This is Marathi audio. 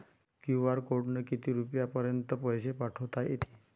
क्यू.आर कोडनं किती रुपयापर्यंत पैसे पाठोता येते?